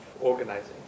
organizing